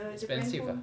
expensive ah